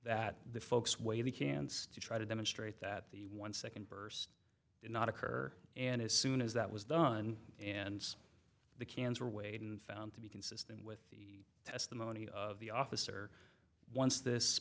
that the folks way we can still try to demonstrate that the one second burst did not occur and as soon as that was done and the cans were weighed and found to be consistent with the testimony of the officer once this